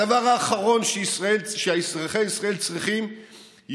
הדבר האחרון שאזרחי ישראל צריכים זה